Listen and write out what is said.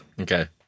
Okay